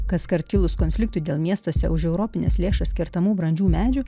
kaskart kilus konfliktui dėl miestuose už europines lėšas kertamų brandžių medžių